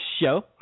show